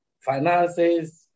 finances